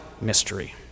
mystery